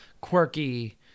quirky